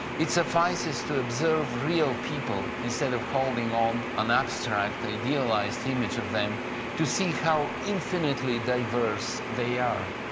it suffices to observe real people, instead of holding on an abstract idealised image of them to see how infinitely diverse they are.